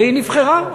והיא נבחרה,